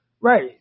Right